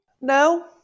No